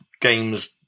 games